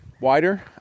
wider